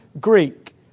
Greek